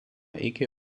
iki